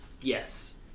Yes